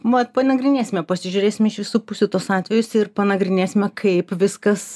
mat panagrinėsime pasižiūrėsim iš visų pusių tuos atvejus ir panagrinėsime kaip viskas